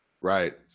Right